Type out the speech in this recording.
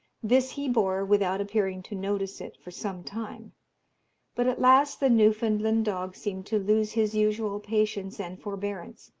this he bore, without appearing to notice it, for some time but at last the newfoundland dog seemed to lose his usual patience and forbearance,